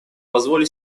позволю